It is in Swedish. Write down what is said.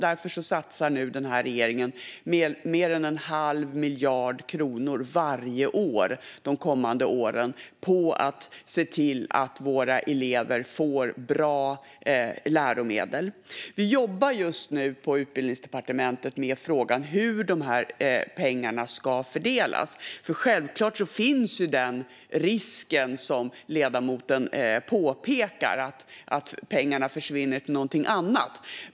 Därför satsar denna regering mer än en halv miljard kronor varje år de kommande åren på att se till att våra elever får bra läromedel. Vi jobbar just nu på Utbildningsdepartementet med frågan om hur dessa pengar ska fördelas. Självklart finns den risk som ledamoten påpekar, att pengarna försvinner till någonting annat.